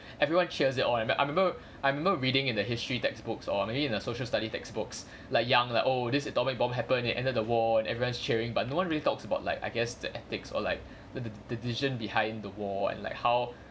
everyone cheers it all I remember I remember reading in the history textbooks or maybe in a social studies textbooks like young lah oh this atomic bomb happen it ended the war and everyone's cheering but no one really talks about like I guess the ethics or like the the the decision behind the war and like how